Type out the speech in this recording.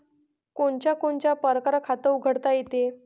कोनच्या कोनच्या परकारं खात उघडता येते?